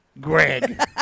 Greg